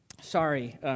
Sorry